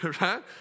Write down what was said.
right